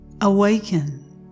Awaken